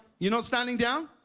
you're not standing down?